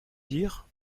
dire